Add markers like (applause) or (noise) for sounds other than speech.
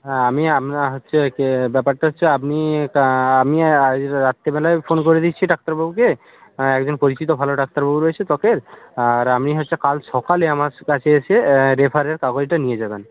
হ্যাঁ আমি আপনার হচ্ছে (unintelligible) ব্যাপারটা হচ্ছে আপনি আমি আজ রাত্রিবেলায় ফোন করে দিচ্ছি ডাক্তারবাবুকে একজন পরিচিত ভালো ডাক্তারবাবু রয়েছে ত্বকের আর আপনি হচ্ছে কাল সকালে আমার কাছে এসে রেফারের কাগজটা নিয়ে যাবেন